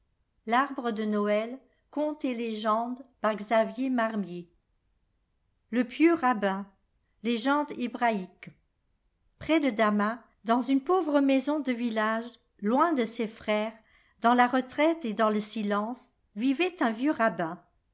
le pieux rabbin léjzende hébraïaue près de damas dans une pauvre maison de village lo'u de ses frères dans la retraite et dans le silence vivait un vieux rabbin